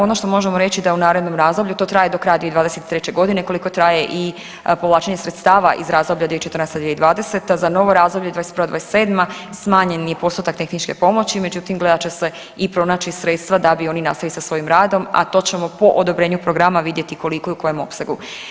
Ono što možemo reći, da u narednom razdoblju, to traje do kraja 2023. g., koliko traje i povlačenje sredstava iz razdoblja 2014.-2020., za novo razdoblje '21.-'27. smanjen je postotak tehničke pomoći, međutim, gledat će se i pronaći sredstva da bi oni nastavili sa svojim radom, a to ćemo po odobrenju programa vidjeti koliko i u kojem opsegu.